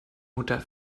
mutter